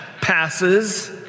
passes